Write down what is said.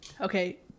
Okay